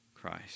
Christ